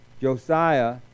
Josiah